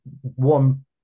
One